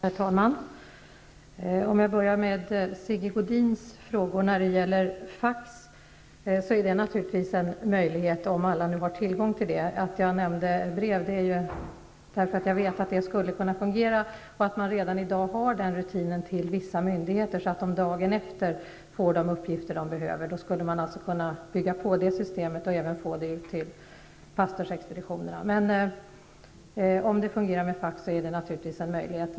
Herr talman. Jag börjar med Sigge Godins frågor. Fax är naturligtvis en möjlighet, om nu alla har tillgång till sådan. Att jag nämnde brev beror på att jag vet att det skulle kunna fungera via brev. Redan i dag tillämpar man den rutinen, så att vissa myndigheter dagen efter får de uppgifter de behöver. Man skulle kunna bygga ut det systemet till att omfatta också pastorsexpeditionerna. Men om det fungerar med fax, är det naturligtvis en möjlighet.